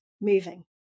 moving